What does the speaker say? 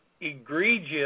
egregious